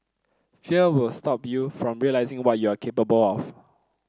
fear will stop you from realising what you are capable of